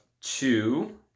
two